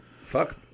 Fuck